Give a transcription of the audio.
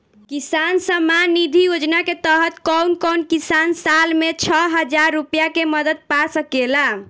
किसान सम्मान निधि योजना के तहत कउन कउन किसान साल में छह हजार रूपया के मदद पा सकेला?